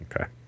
Okay